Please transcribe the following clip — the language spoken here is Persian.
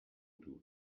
دود